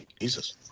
Jesus